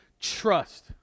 trust